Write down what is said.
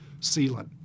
sealant